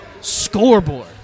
scoreboard